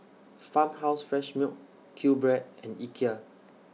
Farmhouse Fresh Milk QBread and Ikea